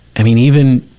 i mean even,